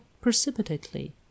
precipitately